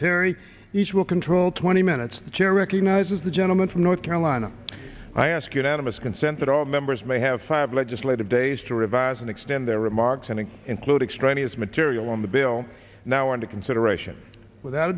terry each will control twenty minutes the chair recognizes the gentleman from north carolina i ask unanimous consent that all members may have five legislative days to revise and extend their remarks and include extraneous material on the bill now under consideration without